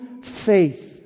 faith